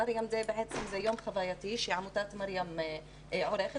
'מרים דיי' זה בעצם יום חווייתי שעמותת 'מרים' עורכת.